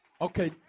Okay